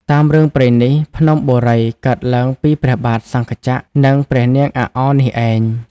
តាមរឿងព្រេងនេះ ភ្នំបូរីកើតឡើងពីព្រះបាទ សង្ខចក្រ និងព្រះនាង អាក់អ នេះឯង។